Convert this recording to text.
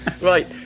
right